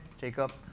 Jacob